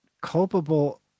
culpable